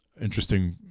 interesting